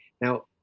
Now